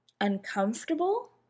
uncomfortable